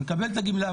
הוא מקבל את הגמלה,